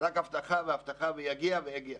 רק הבטחה והבטחה, יגיע ויגיע.